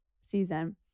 season